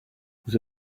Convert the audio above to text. vous